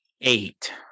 eight